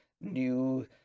new